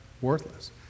worthless